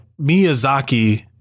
Miyazaki